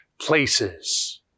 places